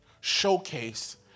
showcase